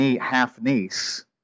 half-niece